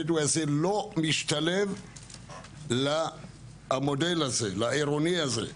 הבדואי הזה לא משתלב במודל העירוני הזה.